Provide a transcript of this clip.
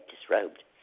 disrobed